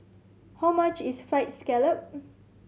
how much is Fried Scallop